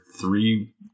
three